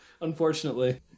Unfortunately